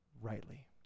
rightly